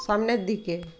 সামনের দিকে